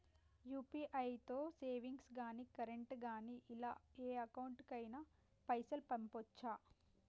UPI తో savings గాని current గాని ఇలా ఏ అకౌంట్ కైనా పైసల్ పంపొచ్చా?